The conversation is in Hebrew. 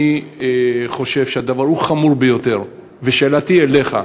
אני חושב שהדבר הוא חמור ביותר, ושאלתי אליך: